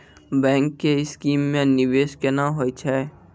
Bank के scheme मे निवेश केना होय छै?